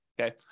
Okay